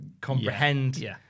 comprehend